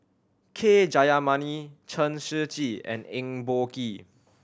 K Jayamani Chen Shiji and Eng Boh Kee